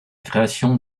création